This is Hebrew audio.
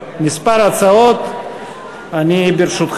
הצעות לסדר-היום מס' 57,